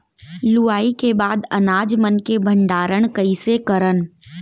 लुवाई के बाद अनाज मन के भंडारण कईसे करन?